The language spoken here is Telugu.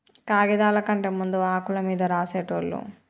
కాగిదాల కంటే ముందు ఆకుల మీద రాసేటోళ్ళు